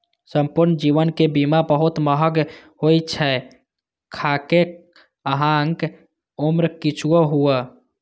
संपूर्ण जीवन के बीमा बहुत महग होइ छै, खाहे अहांक उम्र किछुओ हुअय